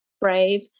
brave